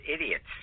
idiots